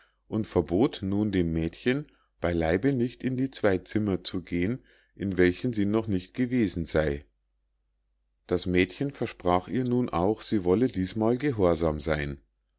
und verbot nun dem mädchen beileibe nicht in die zwei zimmer zu gehen in welchen sie noch nicht gewesen sei das mädchen versprach ihr nun auch sie wolle diesmal gehorsam sein